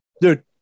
Dude